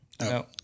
No